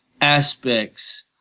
aspects